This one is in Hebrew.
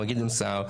מר גדעון סהר,